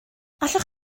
allwch